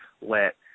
let